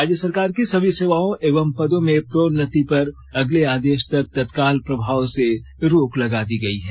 राज्य सरकार की सभी सेवाओं एवं पदों में प्रोन्नति पर अगले आदेश तक तत्काल प्रभाव से रोक लगा दी गई है